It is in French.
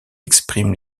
expriment